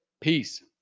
Peace